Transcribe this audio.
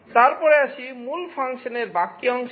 তারপরে আসি মূল ফাংশনের বাকি অংশে